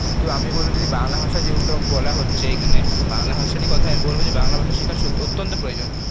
কিন্তু আমি বলবো যদি বাংলা ভাষা যেহেতু বলা হচ্ছে এইখানে তো বাংলা ভাষারই কথা আমি বলবো যে বাংলা ভাষা শেখা অত্যন্ত প্রয়োজন